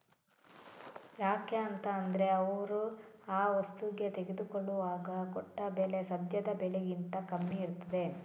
ಯಾಕೆ ಅಂತ ಅಂದ್ರೆ ಅವ್ರು ಆ ವಸ್ತುಗೆ ತೆಗೆದುಕೊಳ್ಳುವಾಗ ಕೊಟ್ಟ ಬೆಲೆ ಸದ್ಯದ ಬೆಲೆಗಿಂತ ಕಮ್ಮಿ ಇರ್ತದೆ